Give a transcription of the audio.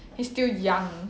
he's still young